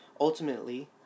ultimately